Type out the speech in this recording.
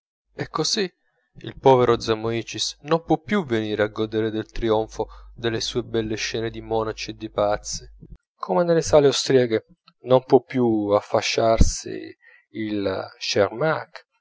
e così il povero zamoïcis non può più venir a godere del trionfo delle sue belle scene di monaci e di pazzi come nelle sale austriache non può più affacciarsi il cermak